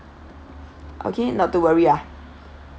okay not to worry ah